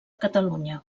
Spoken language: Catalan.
catalunya